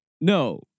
No